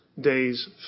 days